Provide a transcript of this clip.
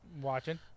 Watching